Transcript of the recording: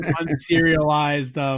un-serialized –